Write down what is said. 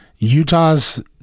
Utah's